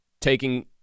taking